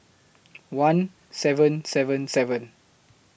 one seven seven seven